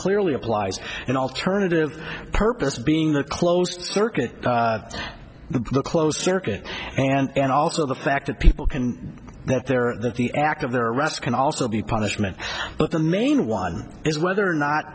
clearly implies an alternative purpose being a closed circuit the closed circuit and also the fact that people can that there or that the act of their arrest can also be punishment but the main one is whether or not